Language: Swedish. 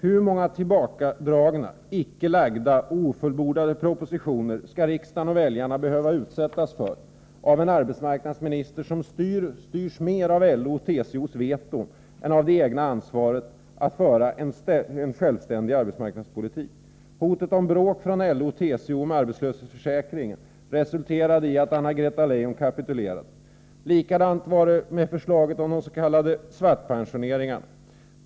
Hur många tillbakadragna, icke framlagda och ofullbordade propositioner skall riksdagen och väljarna behöva utsättas för av en arbetsmarknadsminister som styrs mer av LO:s och TCO:s veton än av det egna ansvaret att föra en självständig arbetsmarknadspolitik? Hotet om bråk från LO och TCO om arbetslöshetsförsäkringen resulterade i att Anna-Greta Leijon kapitulerade. Likadant var det med förslaget om de s.k. svartpensioneringarna.